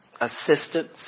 assistance